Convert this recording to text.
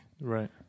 right